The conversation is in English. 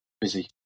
busy